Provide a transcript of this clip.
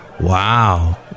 Wow